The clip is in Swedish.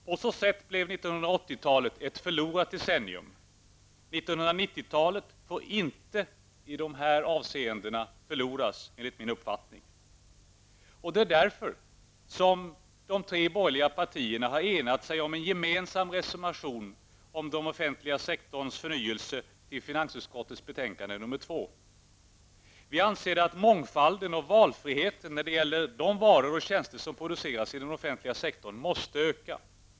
På så sätt blev 1980-talet ett förlorat decennium. 1990-talet får enligt min uppfattning inte förloras i de här avseendena. Det är av den anledningen som de tre borgerliga partierna har enat sig om en gemensam reservation om den offentliga sektorns förnyelse till finansutskottets betänkande nr 2. Vi anser att mångfalden och valfriheten när det gäller de varor och tjänster som produceras i den offentliga sektorn måste öka.